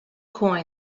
coins